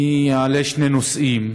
אני אעלה שני נושאים.